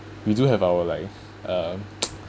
we do have our like uh